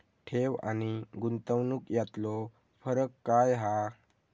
ठेव आनी गुंतवणूक यातलो फरक काय हा?